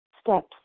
steps